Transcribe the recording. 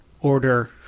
Order